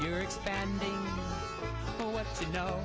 you know